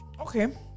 Okay